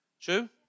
True